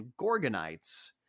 Gorgonites